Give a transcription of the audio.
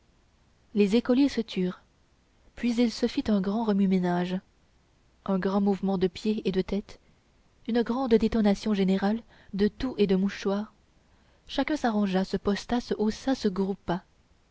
les écoliers se turent puis il se fit un grand remue-ménage un grand mouvement de pieds et de têtes une grande détonation générale de toux et de mouchoirs chacun s'arrangea se posta se haussa se groupa